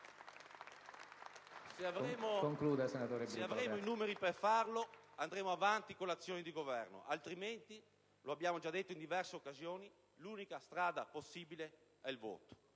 Se avremo i numeri per farlo andremo avanti con l'azione di governo, altrimenti - lo abbiamo già detto in diverse occasioni - l'unica strada possibile è il voto.